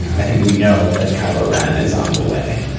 i think we know that kyla rahn is on the way.